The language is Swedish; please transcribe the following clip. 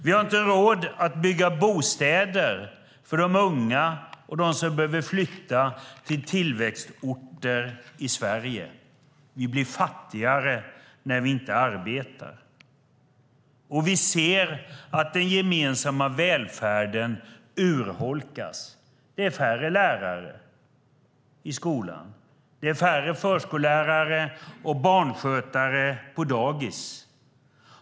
Vi har inte råd att bygga bostäder för de unga och de som behöver flytta till tillväxtorter i Sverige. Vi blir fattigare när vi inte arbetar. Vi ser att den gemensamma välfärden urholkas. Det är färre lärare i skolan. Det är färre förskollärare och barnskötare på dagis.